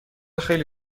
خیلی